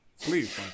Please